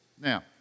Now